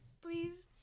Please